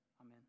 amen